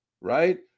right